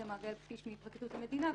איתמר גלבפיש מפרקליטות המדינה.